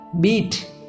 Beat